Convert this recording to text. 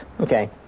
Okay